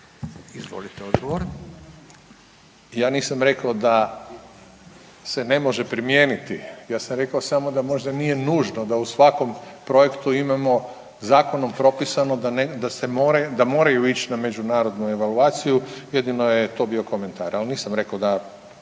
Radovan (HDZ)** Ja nisam rekao da se ne može primijeniti, ja sam rekao samo da možda nije nužno da u svakom projektu imamo zakonom propisano da moraju ići na međunarodnu evaluaciju. Jedino je to bio komentar ali nisam rekao da